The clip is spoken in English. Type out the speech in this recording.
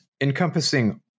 encompassing